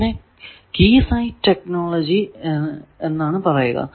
അതിനെ key site technology എന്നാണ് പറയുക